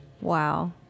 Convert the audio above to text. Wow